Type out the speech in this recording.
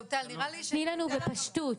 תני לנו בפשטות.